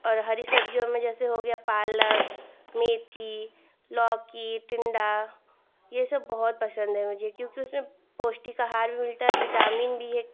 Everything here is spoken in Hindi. और हरी सब्ज़ियों में जैसे हो गया पालक मेथी लौकी टिण्डा यह सब बहुत पसन्द क्योंकि उसमें पौष्टिक आहार भी मिलता है विटामिन भी है